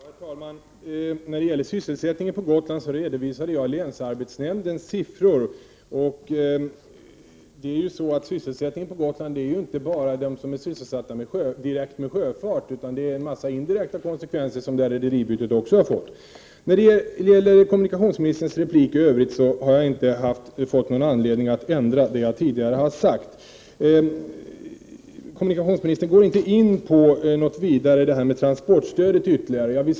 Herr talman! När det gäller sysselsättningen på Gotland redovisade jag länsarbetsnämndens siffror. Dessa innefattar inte bara personer som direkt sysslar med sjöfart. Rederibytet har ju också fört med sig en mängd indirekta konsekvenser. Kommunikationsministerns inlägg i övrigt har inte gett mig någon anledning att ändra det som jag tidigare sade. Ministern går inte ytterligare in på detta med transportstödet.